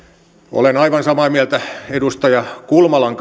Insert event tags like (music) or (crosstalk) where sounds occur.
olen aivan samaa mieltä edustaja kulmalan (unintelligible)